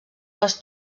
les